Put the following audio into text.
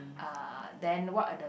uh then what are the